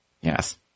Yes